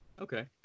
Okay